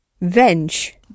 Venge